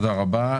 תודה רבה.